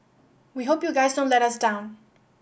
we hope you guys don't let us down